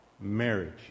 Marriage